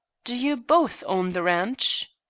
do you both own the ranch?